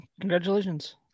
congratulations